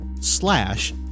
slash